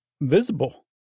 visible